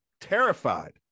terrified